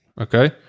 Okay